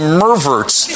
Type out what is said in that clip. merverts